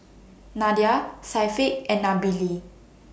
Nadia Syafiq and Nabila